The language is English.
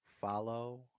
Follow